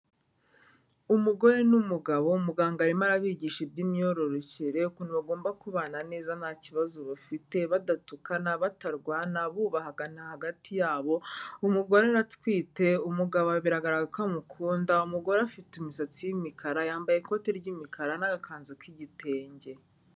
Umugore n'umugabo muganga arimo arabigisha iby'imyororokere, ukuntu bagomba kubana neza nta kibazo bafite, badatukana, batarwana, bubahana hagati yabo. Umugore aratwite umugabo biragaragara ko amukunda, umugore afite imisatsi y'imikara yambaye ikoti ry'imikara n'agakanzu k'igitenge.